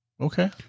Okay